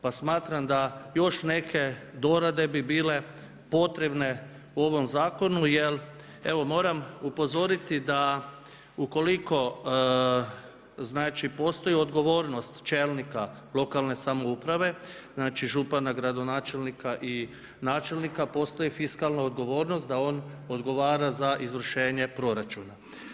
Pa smatram da još neke dorade bi bile potrebne u ovom zakonu, jer moram upozoriti, da ukoliko znači postoji odgovornost čelnika lokalne samouprave, znači župana, gradonačelnika i načelnika, postoji fiskalna odgovornost, da on odgovara za izvršenje proračuna.